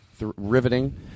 Riveting